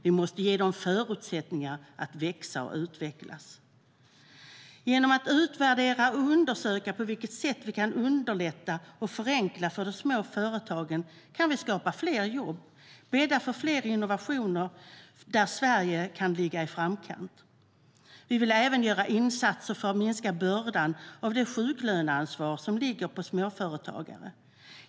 Vi måste ge dem förutsättningar att växa och utvecklas. Genom att utvärdera och undersöka på vilket sätt vi kan underlätta och förenkla för de små företagen kan vi skapa fler jobb och bädda för fler innovationer där Sverige kan ligga i framkant. Vi vill även göra insatser för att minska bördan av det sjuklöneansvar som ligger på småföretagarna.